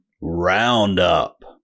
Roundup